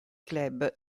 club